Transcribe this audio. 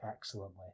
excellently